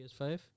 PS5